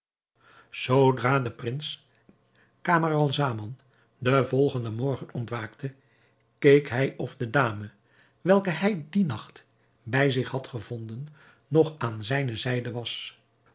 zoodra de prins camaralzaman den volgenden morgen ontwaakte keek hij of de dame welke hij dien nacht bij zich had gevonden nog aan zijne zijde was